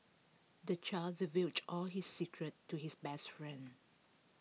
the child divulged all his secrets to his best friend